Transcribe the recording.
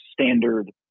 standard